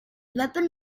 weapon